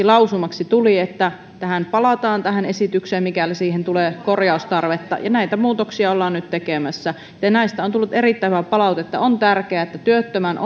lausumaksi tähän tuli että tähän esitykseen palataan mikäli siihen tulee korjaustarvetta ja näitä muutoksia ollaan nyt tekemässä näistä on tullut erittäin hyvää palautetta on tärkeää että työttömän